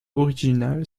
originale